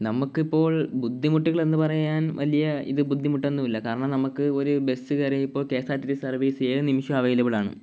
നമ്മള്ക്ക് ഇപ്പോൾ ബുദ്ധിമുട്ടുകൾ എന്ന് പറയാൻ വലിയ ഇത് ബുദ്ധിമുട്ടൊന്നുമില്ല കാരണം നമ്മള്ക്ക് ഒരു ബസ് കയറിയിപ്പോള് K S R T C service ഏതു നിമിഷവും അവൈലബളാണ്